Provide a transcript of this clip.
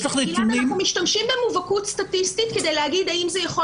אנחנו משתמשים במובהקות סטטיסטית כדי להגיד האם זה יכול